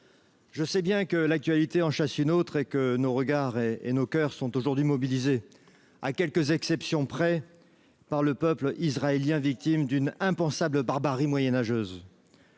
je sais bien qu’une actualité chasse l’autre et que nos regards et nos cœurs sont aujourd’hui mobilisés, à quelques exceptions près, pour le peuple israélien, victime d’une impensable barbarie moyenâgeuse.